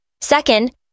Second